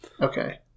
Okay